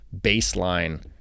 baseline